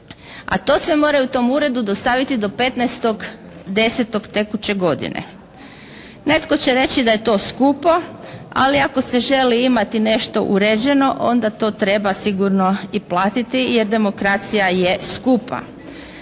a to sve moraju tom uredu dostaviti do 15.10. tekuće godine. Netko će reći da je to skupo, ali ako se želi imati nešto uređeno onda to treba sigurno i platiti, jer demokracija je skupa.